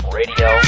radio